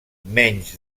menys